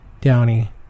Downey